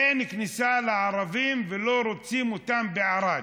אין כניסה לערבים ולא רוצים אותם בערד?